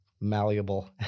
malleable